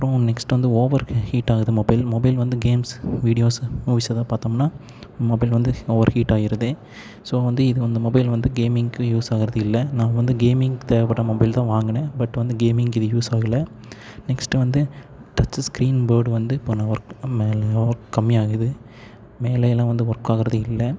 அப்பறம் நெக்ஸ்ட் வந்து over heat ஆகுது மொபைல் மொபைல் வந்து கேம்ஸ் வீடியோஸ் மூவிஸ் எதாவது பார்த்தம்னா மொபைல் வந்து ஓவர் ஹீட் ஆயிடுது ஸோ வந்து இது வந்து இந்த மொபைல் வந்து கேமிங்க்கு யூஸ் ஆகிறது இல்லை நான் வந்து கேமிங்க்கு தேவைப்பட்ற மொபைல் தான் வாங்கினன் பட் வந்து கேமிங்க்கு இது யூஸ் ஆகல நெக்ஸ்ட் வந்து டச் ஸ்கிரீன் போடு வந்து பண்ண ஒர்க்குக்கும் மேலே ஒர்க் கம்மியாகுது மேலேயிலாம் வந்து ஒர்க்காகிறது இல்லை